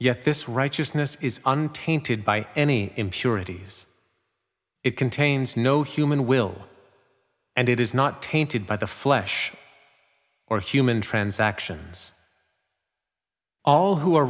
yet this righteousness is untainted by any impurities it contains no human will and it is not tainted by the flesh or human transactions all who